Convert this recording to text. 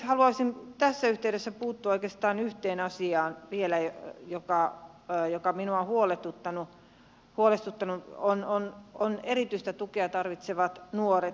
haluaisin tässä yhteydessä puuttua oikeastaan vielä yhteen asiaan joka minua on huolestuttanut ja se on erityistä tukea tarvitsevat nuoret